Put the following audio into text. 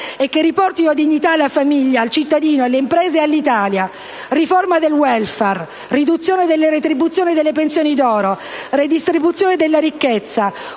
che riportino dignità alla famiglia, al cittadino, alle imprese e all'Italia: riforma del *welfare*; riduzione delle retribuzioni e delle pensioni d'oro; redistribuzione della ricchezza;